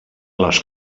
les